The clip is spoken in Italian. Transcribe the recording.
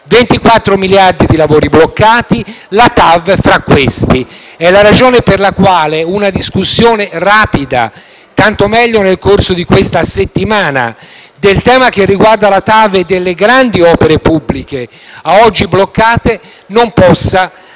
24 miliardi di lavori bloccati e la TAV è tra questi. È questa la ragione per la quale una discussione rapida, tanto meglio nel corso di questa settimana, del tema che riguarda la TAV e le grandi opere pubbliche a oggi bloccate non possa